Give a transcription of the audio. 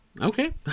Okay